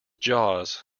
jaws